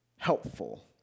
helpful